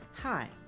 Hi